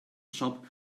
shop